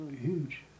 huge